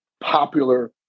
popular